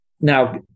Now